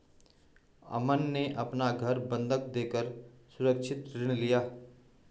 अमन ने अपना घर बंधक देकर सुरक्षित ऋण लिया